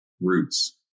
roots